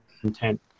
content